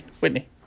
Whitney